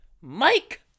Mike